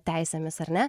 teisėmis ar ne